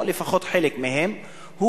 או לפחות חלק מהם,